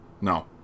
No